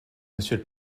monsieur